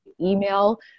email